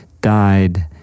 died